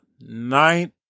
nine